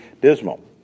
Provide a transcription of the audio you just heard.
dismal